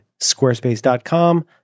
squarespace.com